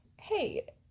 hey